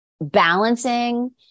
balancing